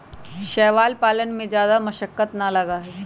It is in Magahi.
शैवाल पालन में जादा मशक्कत ना लगा हई